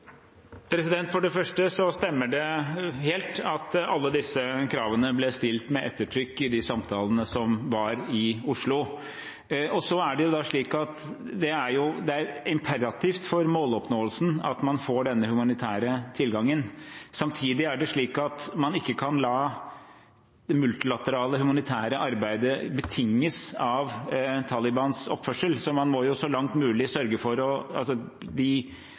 For det første stemmer det helt at alle disse kravene ble stilt, med ettertrykk, i de samtalene som var i Oslo. Så er det jo imperativt for måloppnåelsen at man får denne humanitære tilgangen. Samtidig kan man ikke la det multilaterale humanitære arbeidet betinges av Talibans oppførsel, så man må jo, så langt det er mulig, sørge for – for de